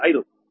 5